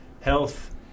health